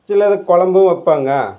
சிலது கொழம்பும் வைப்பாங்க